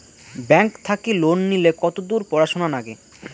Bank থাকি loan নিলে কতদূর পড়াশুনা নাগে?